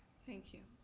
thank you.